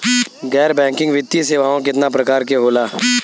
गैर बैंकिंग वित्तीय सेवाओं केतना प्रकार के होला?